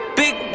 big